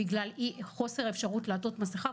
בגלל חוסר אפשרות לעטות מסכה.